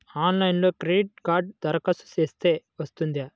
ఆన్లైన్లో క్రెడిట్ కార్డ్కి దరఖాస్తు చేస్తే వస్తుందా?